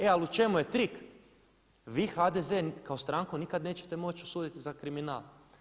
E, ali u čemu je trik, vi HDZ kao stranku nikad nećete moći osuditi za kriminal.